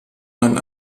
man